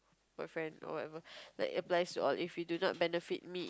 boyfriend or whatever like it applies to all if you do not benefit me